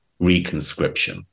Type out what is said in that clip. reconscription